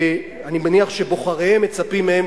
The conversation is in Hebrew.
אני מניח שבוחריהם מצפים מהם,